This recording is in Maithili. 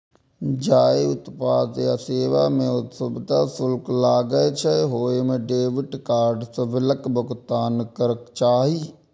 जाहि उत्पाद या सेवा मे सुविधा शुल्क लागै छै, ओइ मे डेबिट कार्ड सं बिलक भुगतान करक चाही